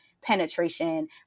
penetration